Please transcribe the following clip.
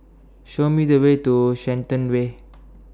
Show Me The Way to Shenton Way